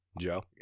Joe